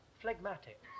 phlegmatic